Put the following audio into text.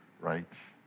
Right